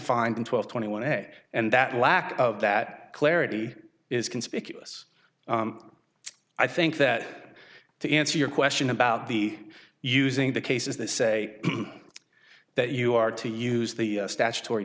fined in twelve twenty one day and that lack of that clarity is conspicuous i think that to answer your question about the using the cases they say that you are to use the statutory